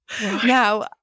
Now